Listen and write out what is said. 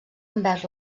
envers